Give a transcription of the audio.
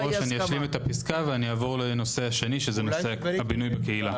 אשלים את הפסקה ואעבור לנושא השני הבינוי בקהילה.